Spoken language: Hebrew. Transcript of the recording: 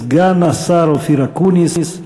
סגן השר אופיר אקוניס,